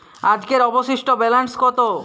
আজকের অবশিষ্ট ব্যালেন্স কত?